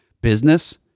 business